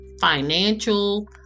financial